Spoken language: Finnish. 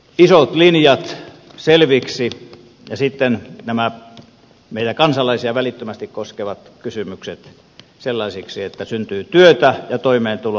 isot linjat selviksi ja sitten nämä meitä kansalaisia välittömästi koskevat kysymykset sellaisiksi että syntyy työtä ja toimeentuloa